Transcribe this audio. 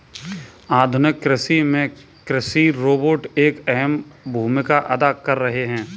आधुनिक कृषि में कृषि रोबोट एक अहम भूमिका अदा कर रहे हैं